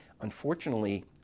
Unfortunately